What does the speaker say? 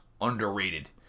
underrated